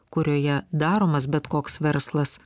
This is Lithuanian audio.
kurioje daromas bet koks verslas